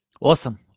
Awesome